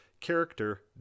character